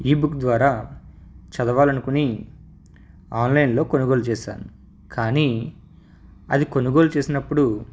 ebook ద్వారా చదవాలనుకొని ఆన్లైన్లో కొనుగోలు చేసాను కానీ అది కొనుగోలు చేసినప్పుడు